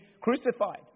crucified